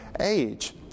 age